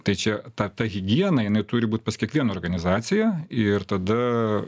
tai čia ta ta higiena jinai turi būt pas kiekvieną organizaciją ir tada